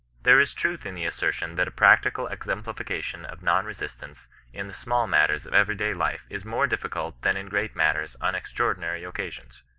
there is truth in the assertion that a practical exem plification of non-resistance in the small matters of every-day life is more difficult than in great matters on extraordinary occasions.